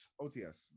OTS